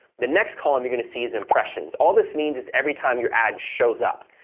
the next column you're going to see is impressions. all this means is, every time your ad shows up,